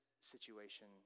situation